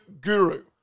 guru